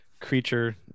creature